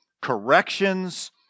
corrections